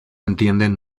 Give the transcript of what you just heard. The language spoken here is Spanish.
entienden